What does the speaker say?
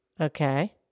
Okay